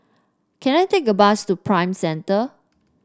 can I take a bus to Prime Centre